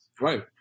Right